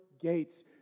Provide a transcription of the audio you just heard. gates